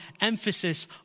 emphasis